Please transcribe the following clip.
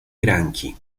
granchi